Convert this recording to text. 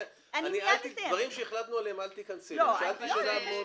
דברים שהחלטנו עליהם, אל תיכנסי אליהם.